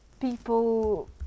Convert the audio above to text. people